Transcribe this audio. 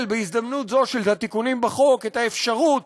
בהזדמנות זו של התיקונים בחוק את האפשרות